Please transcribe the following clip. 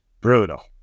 Brutal